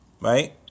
right